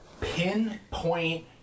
pinpoint